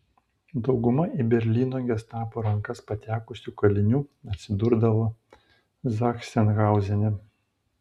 dauguma į berlyno gestapo rankas patekusių kalinių atsidurdavo zachsenhauzene